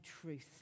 truth